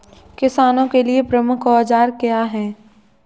किसानों के लिए प्रमुख औजार क्या हैं?